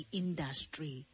industry